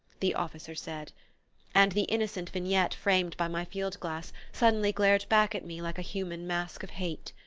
the officer said and the innocent vignette framed by my field-glass suddenly glared back at me like a human mask of hate.